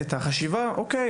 את החשיבה: "אוקיי,